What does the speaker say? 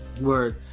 Word